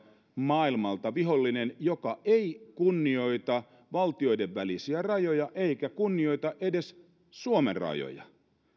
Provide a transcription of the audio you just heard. maailmalta vihollinen joka ei kunnioita valtioiden välisiä rajoja eikä kunnioita edes suomen rajoja